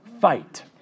Fight